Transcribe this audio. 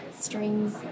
strings